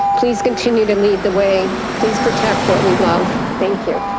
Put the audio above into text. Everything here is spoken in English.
please continue to lead the way, please protect what we love. thank you.